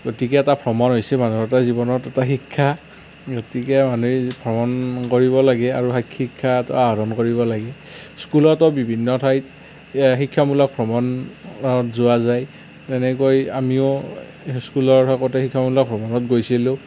গতিকে এটা ভ্ৰমণ হৈছে মানুহৰ এটা জীৱনত এটা শিক্ষা গতিকে মানুহে যে ভ্ৰমণ কৰিব লাগে আৰু শিক্ষাটো আহৰণ কৰিব লাগে স্কুলতো বিভিন্ন ঠাইত এই শিক্ষামূলক ভ্ৰমণত যোৱা যায় তেনেকৈ আমিও স্কুলৰ লগতে শিক্ষামূলক ভ্ৰমণত গৈছিলোঁ